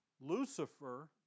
Lucifer